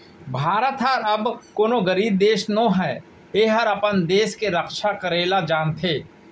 भारत हर अब कोनों गरीब देस नो हय एहर अपन देस के रक्छा करे ल जानथे